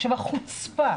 עכשיו, החוצפה